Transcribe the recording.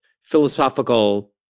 philosophical